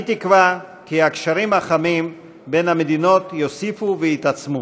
אני תקווה כי הקשרים החמים בין המדינות יוסיפו ויתעצמו.